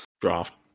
draft